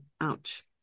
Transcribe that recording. Ouch